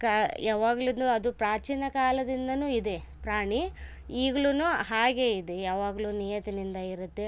ಯಾವಾಗ್ಲೂ ಅದು ಪ್ರಾಚೀನ ಕಾಲದಿಂದನು ಇದೆ ಪ್ರಾಣಿ ಈಗ್ಲೂ ಹಾಗೆಯಿದೆ ಯಾವಾಗಲೂ ನಿಯತ್ತಿನಿಂದ ಇರುತ್ತೆ